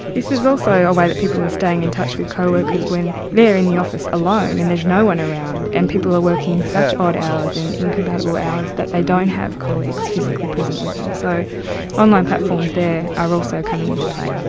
this is also a way that people are staying in touch with co-workers when they are in the office alone and there's no one around and people are working such odd hours and incompatible hours that they don't have colleagues physically present with them. so online platforms there are also coming into play.